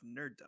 nerddom